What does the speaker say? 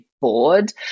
bored